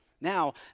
Now